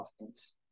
offense